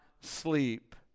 sleep